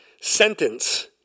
sentence